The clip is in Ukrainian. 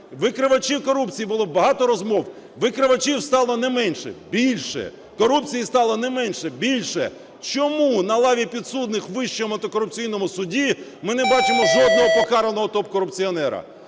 Викривачів корупції, було багато розмов, викривачів стало не менше – більше. Корупції стало не менше – більше. Чому на лаві підсудних у Вищому антикорупційному суді ми не бачимо жодного покараного топ-корупціонера?